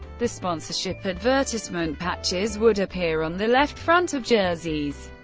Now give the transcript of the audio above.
the sponsorship advertisement patches would appear on the left front of jerseys,